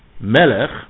Melech